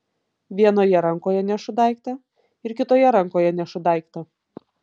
vienoje rankoje nešu daiktą ir kitoje rankoje nešu daiktą